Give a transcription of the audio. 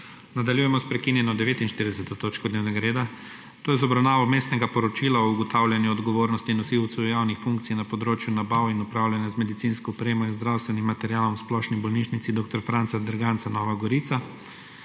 Nadaljujemo prekinjeno 49. točko dnevnega reda – Vmesno poročilo o ugotavljanju odgovornosti nosilcev javnih funkcij na področju nabav in upravljanja z medicinsko opremo in zdravstvenim materialom v Splošni bolnišnici dr. Franca Derganca Nova Gorica.